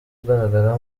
ugaragara